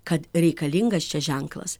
kad reikalingas čia ženklas